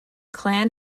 clan